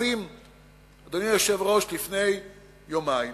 לפני יומיים